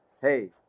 Hey